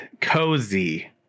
cozy